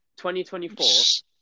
2024